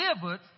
delivered